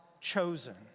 chosen